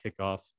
kickoff